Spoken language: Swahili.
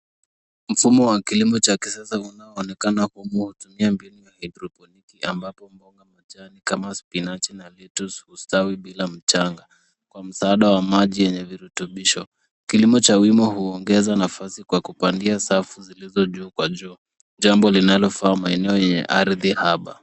Mfumo wa kilimo cha kisasa unaoonekana humu hutumia mbinu ya hydropiniki ambapo mboga majani kama spinachi, na vitu hustawi bila mchanga. Kwa msaada wa maji yenye virutubisho, kilimo cha wimo huongeza nafasi kwa kupandia safu zilizo juu kwa, juu. Jambo linalofaa maeneo yenye ardhi haba.